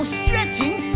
stretching